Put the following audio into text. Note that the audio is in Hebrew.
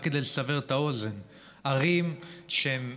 רק כדי לסבר את האוזן, ערים שהן